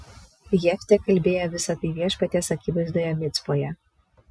jeftė kalbėjo visa tai viešpaties akivaizdoje micpoje